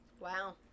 Wow